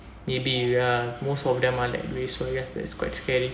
maybe uh most of them are like real so ya that's quite scary